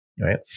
right